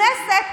האחיות,